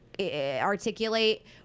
articulate